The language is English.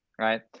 Right